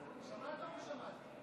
שמעת או לא שמעת?